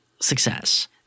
Success